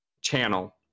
channel